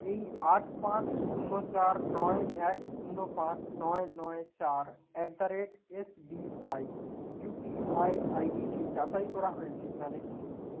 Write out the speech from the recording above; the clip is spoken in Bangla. এই আট পাঁচ শূন্য চার নয় এক শূন্য পাঁচ নয় নয় চার at the rate S B I U P I I DT যাচাই করা হয়েছে কি না দেখে নিন